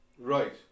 Right